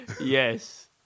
Yes